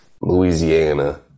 Louisiana